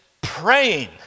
praying